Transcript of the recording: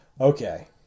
Okay